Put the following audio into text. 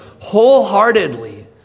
wholeheartedly